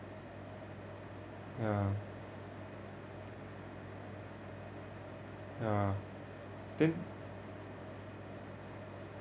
ya ya then